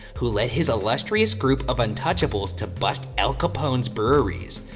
who led his illustrious group of untouchables to bust al capone's breweries.